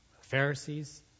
Pharisees